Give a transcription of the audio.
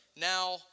now